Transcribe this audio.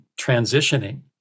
transitioning